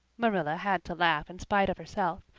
marilla had to laugh in spite of herself.